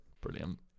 Brilliant